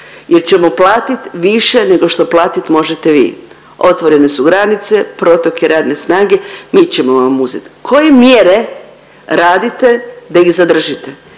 jer ćemo platit više nego što platit možete vi. Otvorene su granice, protok je radne snage, mi ćemo vam uzet. Koje mjere radite da ih zadržite?